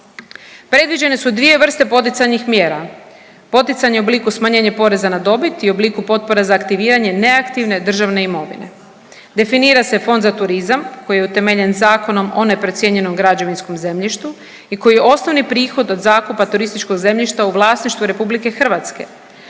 Predviđene su dvije vrste poticajnih mjera, poticanje u obliku smanjenje poreza na dobit i u obliku potpore za aktiviranje neaktivne državne imovine, definira se Fond za turizam koji je utemeljen Zakon o neprocijenjenom građevinskom zemljištu i koji je osnovni prihod od zakupa turističkog zemljišta u vlasništvu RH, a sada se